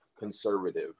conservative